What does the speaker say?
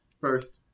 First